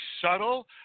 subtle